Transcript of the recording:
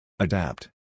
Adapt